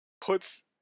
puts